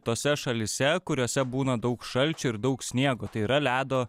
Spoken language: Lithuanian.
tose šalyse kuriose būna daug šalčių ir daug sniego tai yra ledo